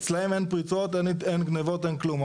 אצלם אין פריצות, אין גניבות, אין כלום.